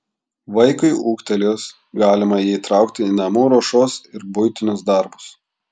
vaikui ūgtelėjus galima jį įtraukti į namų ruošos ir buitinius darbus